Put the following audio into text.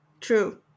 true